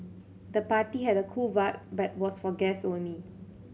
the party had a cool vibe but was for guests only